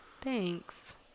Thanks